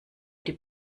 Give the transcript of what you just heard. die